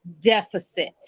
deficit